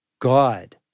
God